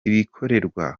ibikorerwa